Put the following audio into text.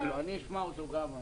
אני אשמע גם אותו.